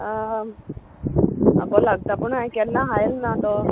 आ बोरो लागता पूण केन्ना खायल ना तो